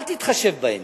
אל תתחשב בהם.